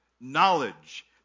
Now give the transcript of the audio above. knowledge